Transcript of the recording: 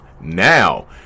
now